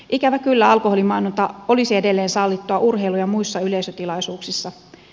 ikävä kyllä alkoholin mainonta olisi edelleen sallittua urheilu ja muissa yleisötilaisuuksissa